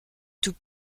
tout